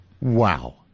Wow